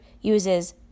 uses